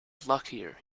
luckier